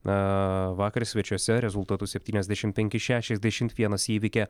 na vakar svečiuose rezultatu septyniasdešim penki šešiasdešim vienas įveikė